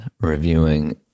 reviewing